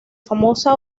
famosa